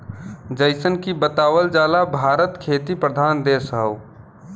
जइसन की बतावल जाला भारत खेती प्रधान देश हौ